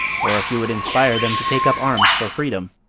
or if you would inspire them to take up arms for freedom,